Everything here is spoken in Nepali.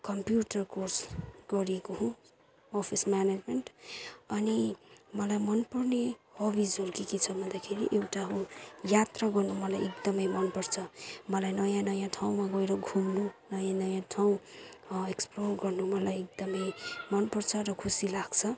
कम्प्युटर कोर्स गरेको हुँ अफिस म्यानेजमेन्ट अनि मलाई मनपर्ने हबिजहरू के के छ भन्दाखेरि एउटा हो यात्रा गर्नु मलाई एकदमै मनपर्छ मलाई नयाँ नयाँ ठाउँमा गएर घुम्नु नयाँ नयाँ ठाउँहरू एक्सप्लोर गर्नु मलाई एकदमै मनपर्छ र खुसी लाग्छ